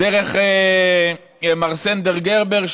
דרך מר סנדר גרבר,